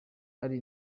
ari